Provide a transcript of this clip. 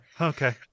Okay